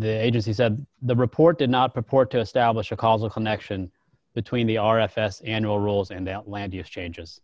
the agency said the report did not proport to establish a causal connection between the r f s annual rolls and out land use changes